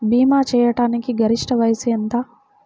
భీమా చేయాటానికి గరిష్ట వయస్సు ఎంత?